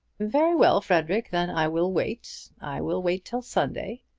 very well, frederic then i will wait. i will wait till sunday.